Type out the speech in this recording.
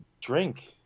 drink